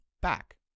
back